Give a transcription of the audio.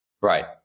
Right